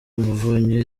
umuvunyi